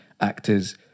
actors